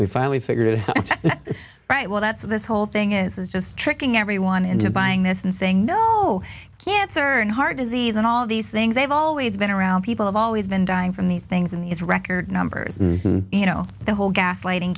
we finally figured it right well that's this whole thing is just tricking everyone into buying this and saying no cancer and heart disease and all these things they've always been around people have always been dying from these things and these record numbers you know the whole gaslighting